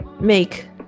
make